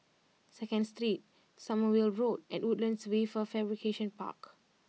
Second Street Sommerville Road and Woodlands Wafer Fabrication Park